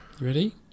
ready